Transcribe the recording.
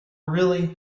really